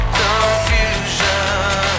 confusion